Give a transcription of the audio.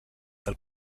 del